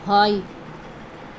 হয়